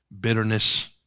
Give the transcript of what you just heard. bitterness